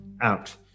out